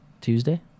Tuesday